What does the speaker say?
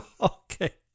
Okay